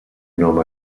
nom